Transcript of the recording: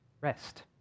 rest